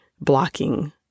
blocking